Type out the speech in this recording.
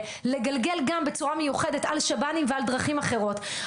לגלגל גם בצורה מיוחדת על שב"נים ועל דרכים אחרות.